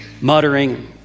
muttering